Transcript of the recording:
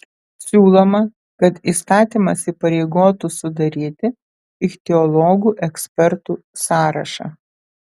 siūloma kad įstatymas įpareigotų sudaryti ichtiologų ekspertų sąrašą